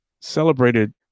celebrated